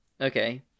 Okay